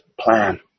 plan